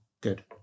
good